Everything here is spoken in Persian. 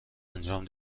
انجام